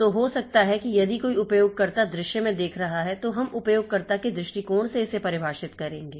तो हो सकता है कि यदि कोई उपयोगकर्ता दृश्य में देख रहा है तो हम उपयोगकर्ता के दृष्टिकोण से इसे परिभाषित करेंगे